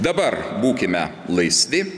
dabar būkime laisvi